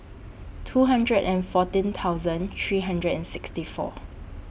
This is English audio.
two hundred and fourteen thousand three hundred and sixty four